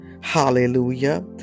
Hallelujah